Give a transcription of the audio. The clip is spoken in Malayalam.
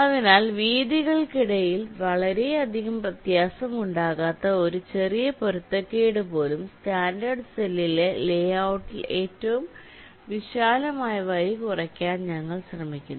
അതിനാൽ വീതികൾക്കിടയിൽ വളരെയധികം വ്യത്യാസമുണ്ടാകാത്ത ഒരു ചെറിയ പൊരുത്തക്കേട് പോലും സ്റ്റാൻഡേർഡ് സെൽ ലേ ഔട്ടിലെ ഏറ്റവും വിശാലമായ വരി കുറയ്ക്കാൻ ഞങ്ങൾ ശ്രമിക്കുന്നു